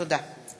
תודה.